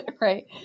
right